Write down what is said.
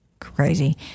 crazy